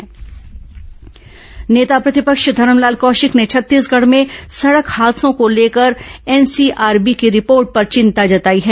सडक हादसा कौशिक नेता प्रतिपक्ष धरमलाल कौशिक ने छत्तीसगढ़ में सड़क हादसों को लेकर एनसीआरबी की रिपोर्ट पर थिंता जताई है